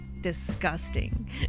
disgusting